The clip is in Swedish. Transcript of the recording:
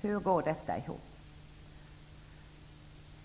Hur går detta ihop?